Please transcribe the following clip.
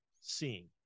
seeing